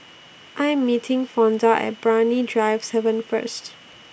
I Am meeting Fonda At Brani Drive seven First